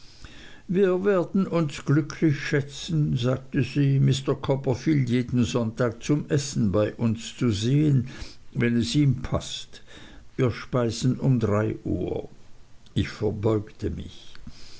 wir werden uns glücklich schätzen sagte sie mr copperfield jeden sonntag zum essen bei uns zu sehen wenn es ihm paßt wir speisen um drei uhr ich verbeugte mich